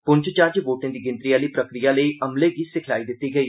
पुंछ च अज्ज वोटें दी गिनतरी आहली प्रक्रिया लेई अमले गी सिखलाई दित्ती गेई